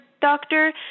doctor